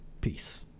Peace